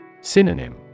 Synonym